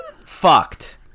fucked